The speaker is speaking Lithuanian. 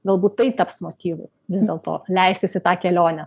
galbūt tai taps motyvu vis dėlto leistis į tą kelionę